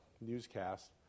newscast